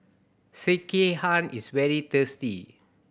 sekihan is very tasty